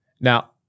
Now